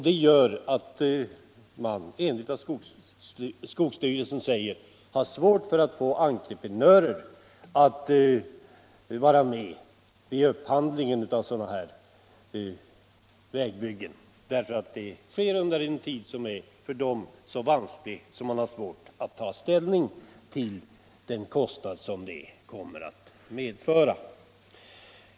Det gör att man, enligt vad skogsstyrelsen säger, har svårt att få entreprenörer att vara med vid upphandlingen av sådana här vägbyggen. Den sker nämligen under en årstid som för dem är så vansklig att de har svårt att ta ställning till den kostnad som arbetet kommer att medföra.